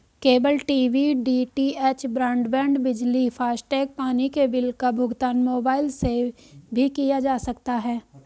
cable TV DTH, broadband, बिजली, FASTag, पानी के बिल का भुगतान मोबाइल से भी किया जा सकता है